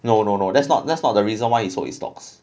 no no no that's not that's not the reason why he sold his stocks